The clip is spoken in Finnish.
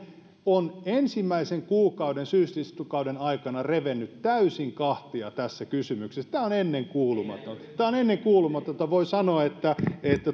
on syysistuntokauden ensimmäisen kuukauden aikana revennyt täysin kahtia tässä kysymyksessä tämä on ennenkuulumatonta tämä on ennenkuulumatonta ja voi sanoa että